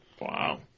Wow